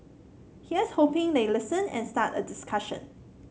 here's hoping they listen and start a discussion